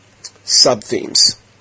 sub-themes